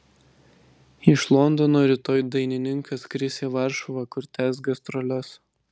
iš londono rytoj dainininkas skris į varšuvą kur tęs gastroles